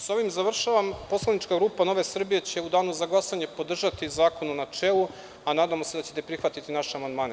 Sa ovim završavam, poslanička grupa Nove Srbije će u Danu za glasanje podržati zakon u načelu, a nadamo se da ćete prihvatiti naše amandmane.